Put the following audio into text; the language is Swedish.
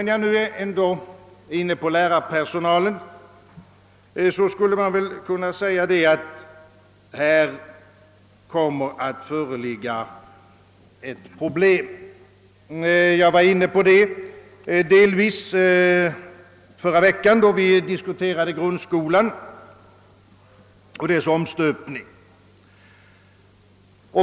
När jag ändå är inne på frågor rörande lärarpersonalen, skulle jag vilja påpeka, att det troligen kommer att uppstå ett problem. Jag berörde detta delvis i förra veckan, när vi diskuterade grundskolan och dess omstöpning.